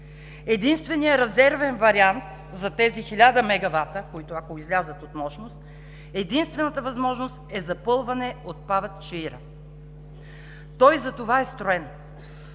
единственият резервен вариант за тези 1000 мегавата, които, ако излязат от мощност, единствената възможност е запълване от „Чаира“. Той затова е строен,